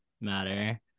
matter